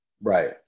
Right